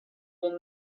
will